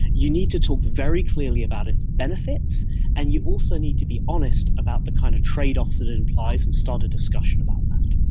you need to talk very clearly about its benefits and you also need to be honest about the kind of trade-offs that it implies and start a discussion about that.